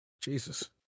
Jesus